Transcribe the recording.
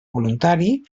voluntari